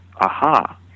aha